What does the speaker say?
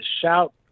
shout